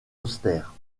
austère